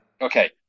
okay